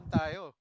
tayo